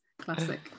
classic